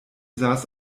saß